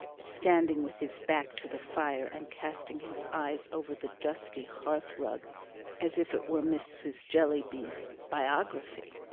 standing with his back to the fire and casting his eyes over the dusty hearth-rug as if it were mrs. jellyby's biography,